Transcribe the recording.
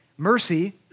Mercy